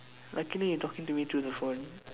luckily you talking to me through the phone